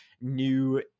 new